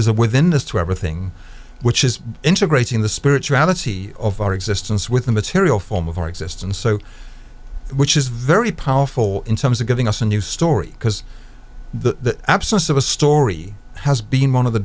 is a within is to everything which is integrating the spirituality of our existence with the material form of our existence so which is very powerful in terms of giving us a new story because the absence of a story has been one of the